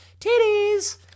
Titties